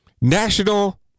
National